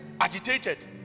agitated